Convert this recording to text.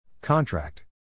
Contract